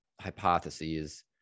hypotheses